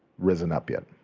risen up yet.